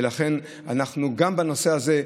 ולכן גם בנושא הזה,